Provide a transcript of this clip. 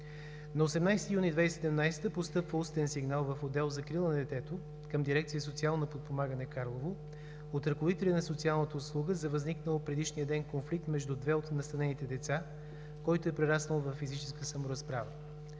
На 18 юни 2017 г. постъпва устен сигнал в отдел „Закрила на детето“ към дирекция „Социално подпомагане“ – Карлово, от ръководители на социалната услуга за възникнал предишния ден конфликт между две от настанените деца, който е прераснал във физическа саморазправа.